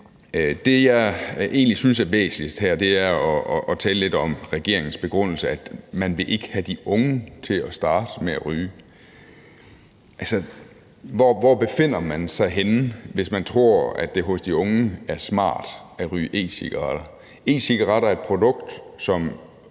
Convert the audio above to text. det, jeg egentlig synes er væsentligst her, er at tale lidt om regeringens begrundelse, nemlig at man ikke vil have de unge til at starte med at ryge. Hvor befinder man sig henne, hvis man tror, at det hos de unge er smart at ryge e-cigaretter? E-cigaretter er et produkt, som